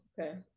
okay